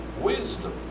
wisdom